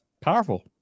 powerful